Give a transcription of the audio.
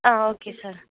ah okay sir